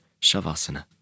Shavasana